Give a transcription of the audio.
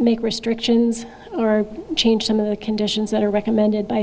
make restrictions or change some of the conditions that are recommended by